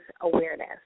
awareness